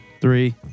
Three